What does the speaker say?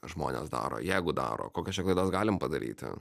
žmonės daro jeigu daro kokias čia klaidas galim padaryti